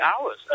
hours